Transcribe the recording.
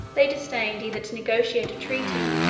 they disdained either to negotiate a treaty,